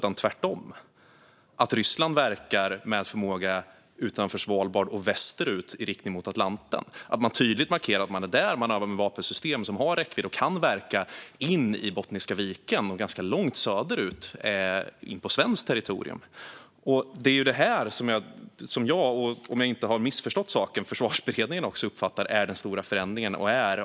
Tvärtom är det Ryssland som verkar med förmåga utanför Svalbard och västerut i riktning mot Atlanten. Man markerar tydligt att man är där och övar med vapensystem som har räckvidd och kan verka in i Bottniska viken och långt söderut in på svenskt territorium. Det är det här som jag och, om jag inte har missförstått saken, Försvarsberedningen uppfattar som den stora förändringen.